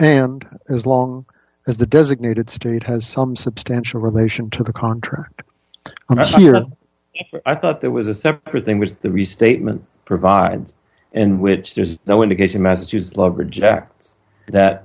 and as long as the designated state has some substantial relation to the contract i thought there was a separate thing which is the restatement provides and which there's no indication massachusetts love rejects that